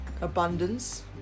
abundance